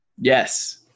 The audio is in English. Yes